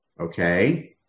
okay